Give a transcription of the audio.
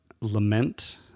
lament